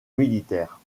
militaires